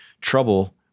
trouble